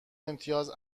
امتیاز